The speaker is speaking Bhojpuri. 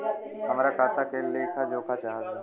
हमरा खाता के लेख जोखा चाहत बा?